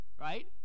Right